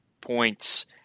points